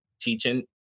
teaching